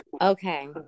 Okay